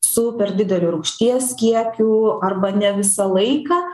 su per dideliu rūgšties kiekiu arba ne visą laiką